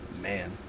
man